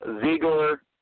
Ziegler